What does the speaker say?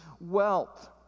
wealth